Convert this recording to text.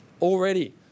already